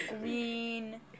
green